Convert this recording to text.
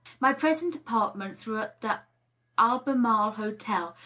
my present apartments were at the albemarle hotel,